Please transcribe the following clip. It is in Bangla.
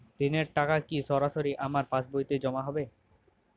ঋণের টাকা কি সরাসরি আমার পাসবইতে জমা হবে?